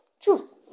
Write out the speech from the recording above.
Truth